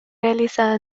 realizado